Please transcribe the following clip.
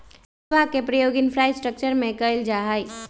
टैक्सवा के प्रयोग इंफ्रास्ट्रक्टर में कइल जाहई